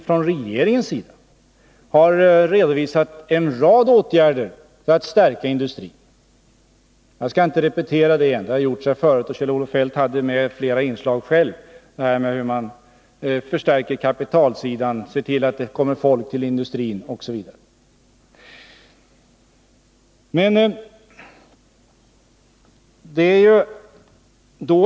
Regeringen har redovisat en rad åtgärder för att förstärka industrin. Jag skall inte repetera det. Det har gjorts här förut, och Kjell-Olof Feldt nämnde själv några inslag om hur regeringen tänker förstärka kapitaltillgången och se till att det kommer folk till industrin.